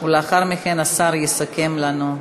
ולאחר מכן, השר יסכם לנו.